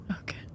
Okay